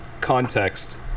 context